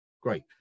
Great